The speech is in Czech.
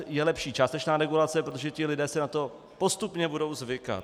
Je lepší částečná regulace, protože ti lidé si na to postupně budou zvykat.